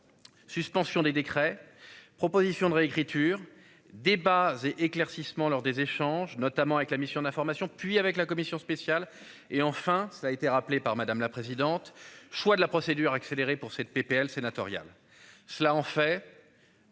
Suspension des décrets proposition de réécriture débats et éclaircissements lors des échanges notamment avec la mission d'information, puis avec la Commission spéciale et enfin ça a été rappelé par madame la présidente, choix de la procédure accélérée pour cette PPL sénatoriale. Cela en fait.